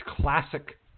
classic